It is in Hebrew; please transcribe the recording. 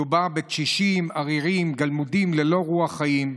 קשישים עריריים, גלמודים, ללא רוח חיים.